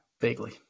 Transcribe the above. vaguely